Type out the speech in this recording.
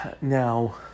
Now